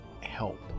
help